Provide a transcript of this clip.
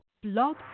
Blog